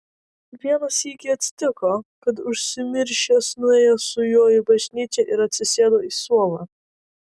vieną sykį atsitiko kad užsimiršęs nuėjo su juo į bažnyčią ir atsisėdo į suolą